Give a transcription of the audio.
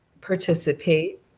participate